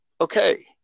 Okay